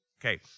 okay